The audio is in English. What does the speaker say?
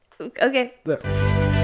Okay